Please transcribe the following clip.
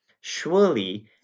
surely